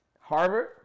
Harvard